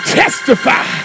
testify